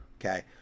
okay